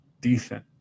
decent